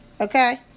Okay